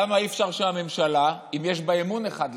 למה אי-אפשר שהממשלה, אם יש בה אמון אחד בשני,